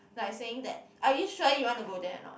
like saying that are you sure you wanna go there or not